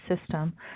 system